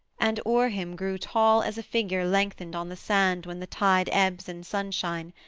and o'er him grew tall as a figure lengthened on the sand when the tide ebbs in sunshine,